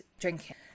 drinking